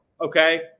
Okay